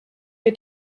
wir